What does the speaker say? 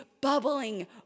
bubbling